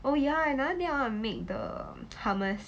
oh ya another day I want to make the hummus